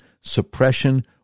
Suppression